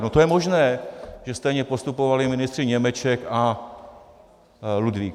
No to je možné, že stejně postupovali ministři Němeček a Ludvík.